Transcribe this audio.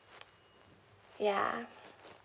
yeah